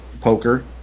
poker